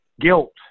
guilt